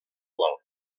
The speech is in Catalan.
vol